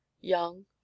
young